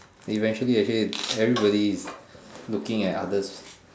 then eventually actually everybody is looking at others